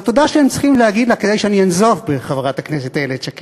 זאת תודה שהם צריכים להגיד לה כדי שאני אנזוף בחברת הכנסת איילת שקד.